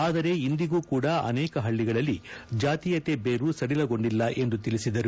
ಆದರೆ ಇಂದಿಗೂ ಕೂಡಾ ಅನೇಕ ಹಳ್ಳಿಗಳಲ್ಲಿ ಜಾತೀಯತೆ ಬೇರು ಸಡಿಲಗೊಂಡಿಲ್ಲ ಎಂದು ತಿಳಿಸಿದರು